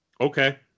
Okay